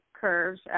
curves